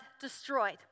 destroyed